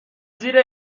زیر